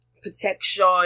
Protection